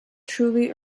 truly